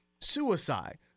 suicide